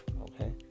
okay